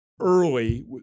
early